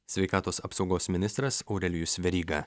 sveikatos apsaugos ministras aurelijus veryga